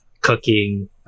cooking